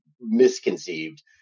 misconceived